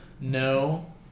No